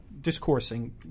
discoursing